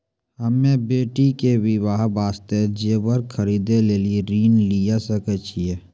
हम्मे बेटी के बियाह वास्ते जेबर खरीदे लेली ऋण लिये सकय छियै?